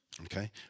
Okay